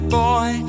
boy